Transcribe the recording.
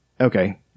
okay